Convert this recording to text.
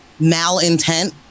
malintent